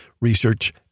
research